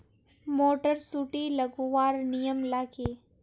Motor सुटी लगवार नियम ला की?